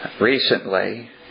recently